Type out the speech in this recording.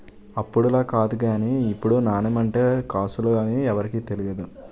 అప్పుడులా కాదు గానీ ఇప్పుడు నాణెం అంటే కాసులు అని ఎవరికీ తెలియదు